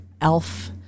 elf